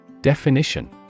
Definition